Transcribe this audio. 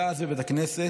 היה אז בבית הכנסת,